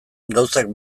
gauzak